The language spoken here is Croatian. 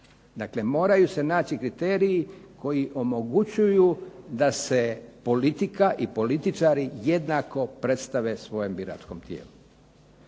Dakle, moraju se naći kriteriji koji omogućuju da se politika i političari jednako predstave svojem biračkom tijelu,